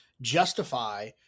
Justify